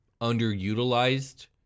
underutilized